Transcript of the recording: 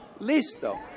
listo